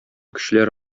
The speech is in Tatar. көчләр